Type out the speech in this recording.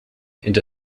into